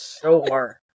sure